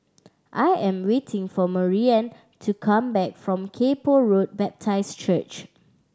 I am waiting for Maryann to come back from Kay Poh Road Baptist Church